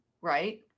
right